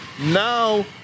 Now